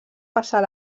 passar